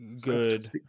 good